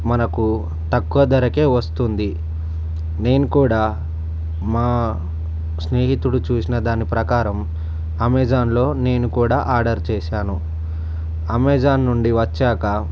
మనకు తక్కువ ధరకే వస్తుంది నేను కూడా మా స్నేహితుడు చూసిన దాని ప్రకారం అమెజాన్లో నేను కూడా ఆర్డర్ చేశాను అమెజాన్ నుండి వచ్చాక